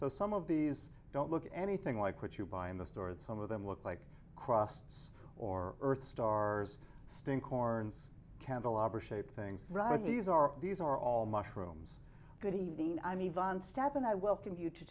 so some of these don't look anything like what you buy in the store and some of them look like crossed or earth stars stink corns candelabra shaped things right these are these are all mushrooms good evening i mean vonn step and i welcome you to